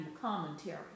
commentary